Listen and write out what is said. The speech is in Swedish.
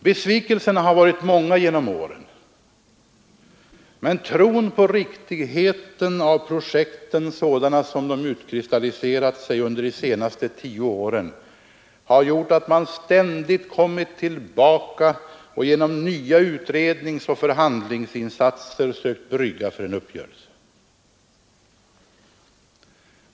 Besvikelserna har varit många genom åren, men tron på riktigheten av projekten sådana de utkristalliserat sig under de senaste tio åren har gjort att man ständigt kommit tillbaka och genom nya utredningsoch förhandlingsinsatser sökt brygga för en uppgörelse.